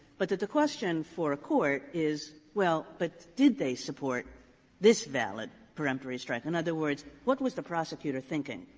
but that the question for a court is, well, but did they support this valid peremptory strike? in other words, what was the prosecutor thinking?